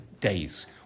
days